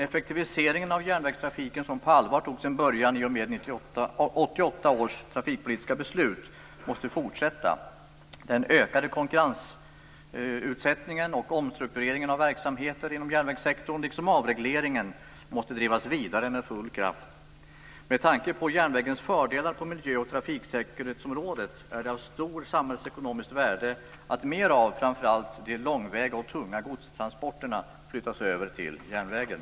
Effektiviseringen av järnvägstrafiken, som på allvar tog sin början i och med 1988 års trafikpolitiska beslut, måste fortsätta. Den ökade konkurrensutsättningen och omstruktureringen av verksamheter inom järnvägssektorn liksom avregleringen måste drivas vidare med full kraft. Med tanke på järnvägens fördelar på miljö och trafiksäkerhetsområdet är det av stort samhällsekonomiskt värde att mer av framför allt de långväga och tunga godstransporterna flyttas över till järnvägen.